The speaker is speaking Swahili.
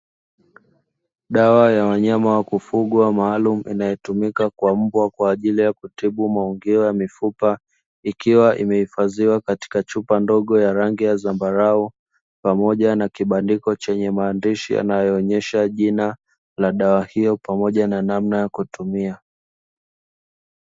Dawa ya wanyama wa kufugwa maalumu inayotumika kwa mbwa, kwa ajili ya kutibu maungio ya mifupa ikiwa imehifadhiwa katika chupa ndogo ya rangi ya dhambarau pamoja na kibandiko chenye maandishi kuonyesha jina la dawa hiyo pamoja na namna ya kutumia.